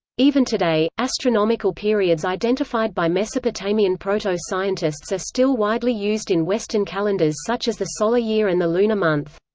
even today, astronomical periods identified by mesopotamian proto-scientists are still widely used in western calendars such as the solar year and the lunar month.